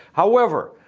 however,